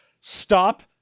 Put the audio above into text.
stop